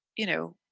you know,